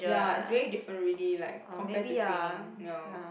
ya is very different really like compare to training ya